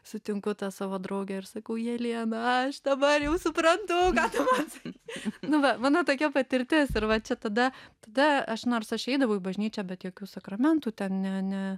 sutinku tą savo draugę ir sakau jelena aš dabar jau suprantu ką tu man sakei nu va mano tokia patirtis ir va čia tada tada aš nors aš eidavau į bažnyčią bet jokių sakramentų ten ne ne